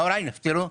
והוריי נפטרו,